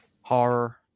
Horror